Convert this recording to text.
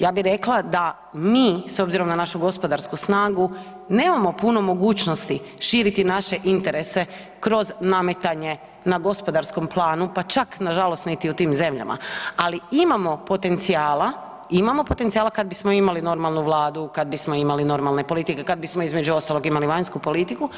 Ja bi rekla da mi, s obzirom na našu gospodarsku snagu nemamo puno mogućnosti širiti naše interese kroz nametanje na gospodarskom planu, pa čak nažalost niti u tim zemljama, ali imamo potencijala, imamo potencijala kad bismo imali normalnu Vladu, kad bismo imali normalne politike, kad bismo, između ostalog, imali vanjsku politiku,